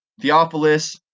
Theophilus